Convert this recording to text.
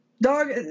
dog